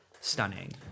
stunning